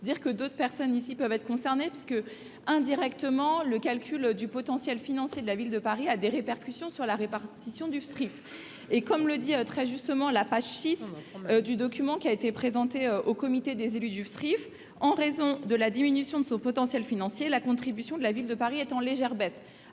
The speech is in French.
dire que d'autres personnes ici peuvent être concernés puisque indirectement le calcul du potentiel financier de la Ville de Paris, a des répercussions sur la répartition du skiff et comme le dit très justement la page 6 du document qui a été présenté au comité des élus du Trift en raison de la diminution de son potentiel financier, la contribution de la ville de Paris est en légère baisse